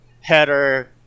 header